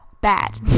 bad